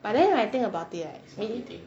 but then I think about it right may~